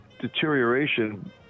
deterioration